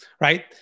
right